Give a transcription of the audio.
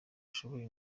ashoboye